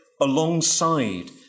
alongside